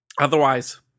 Otherwise